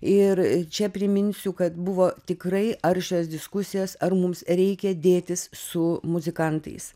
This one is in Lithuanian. ir čia priminsiu kad buvo tikrai aršios diskusijos ar mums reikia dėtis su muzikantais